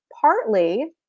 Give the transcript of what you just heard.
Partly